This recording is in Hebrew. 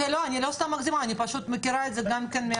אני לא סתם מגזימה, אני מכירה את זה מהמציאות.